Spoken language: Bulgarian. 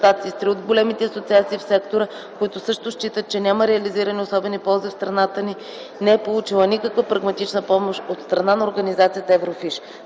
от големите асоциации в сектора, които също считат, че няма реализирани особени ползи и страната ни не е получила никаква прагматична помощ от страна на организацията Еврофиш.